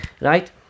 Right